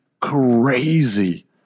crazy